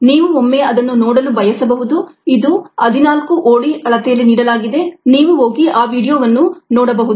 ನೀವು ಒಮ್ಮೆ ಅದನ್ನು ನೋಡಲು ಬಯಸಬಹುದು ಇದು 14 OD ಅಳತೆಯಲ್ಲಿ ನೀಡಲಾಗಿದೆ ನೀವು ಹೋಗಿ ಈ ವೀಡಿಯೊವನ್ನು ನೋಡಬಹುದು